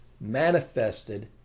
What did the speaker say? manifested